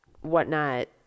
whatnot